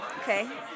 Okay